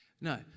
No